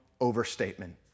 overstatement